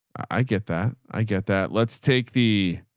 i get that. i get that. let's take the,